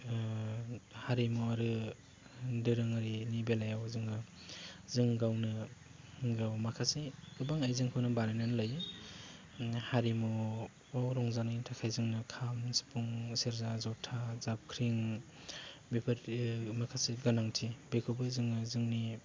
हारिमु आरो दोरोङारिनि बेलायाव जोङो जों गावनो गाव माखासे गोबां आयजेंखौनो बानायनानै लायो हारिमुखौ रंजानायनि थाखाय जोंनो खाम सिफुं सेरजा जथा जाबख्रिं बेफोरबायदि माखासे गोनांथि बेखौबो जोङो जोंनि